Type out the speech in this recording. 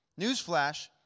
Newsflash